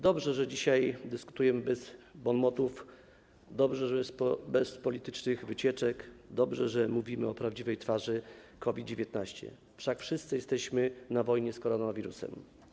Dobrze, że dzisiaj dyskutujemy bez bon motów, dobrze, że bez politycznych wycieczek, dobrze, że mówimy o prawdziwej twarzy COVID-19, wszak wszyscy jesteśmy na wojnie z koronawirusem.